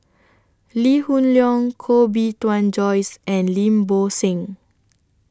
Lee Hoon Leong Koh Bee Tuan Joyce and Lim Bo Seng